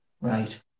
Right